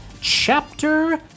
Chapter